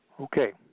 Okay